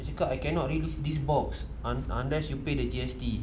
dia cakap I cannot release this box un~ unless you pay the G_S_T